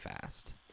fast